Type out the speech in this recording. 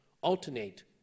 alternate